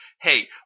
hey